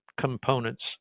components